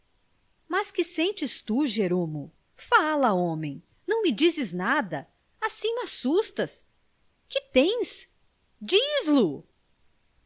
mas que sentes tu jeromo fala homem não me dizes nada assim massustas que tens diz lo